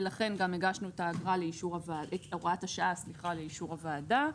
ולכן גם הגשנו את הוראת השעה לאישור הוועדה.